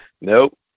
Nope